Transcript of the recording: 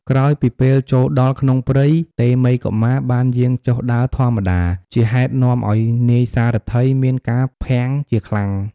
ក្រោយពីពេលចូលដល់ក្នុងព្រៃ តេមិយកុមារបានយាងចុះដើរធម្មតា ជាហេតុនាំឲ្យនាយសារថីមានការភាំងជាខ្លាំង។